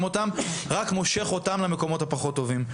אותם רק מושך אותם למקומות הפחות טובים.